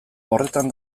horretan